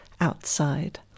outside